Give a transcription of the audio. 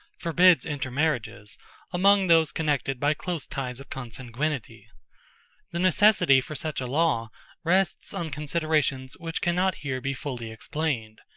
forbids intermarriages among those connected by close ties of consanguinity. the necessity for such a law rests on considerations which can not here be fully explained.